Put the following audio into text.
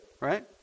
right